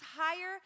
higher